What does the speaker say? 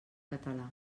català